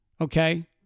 okay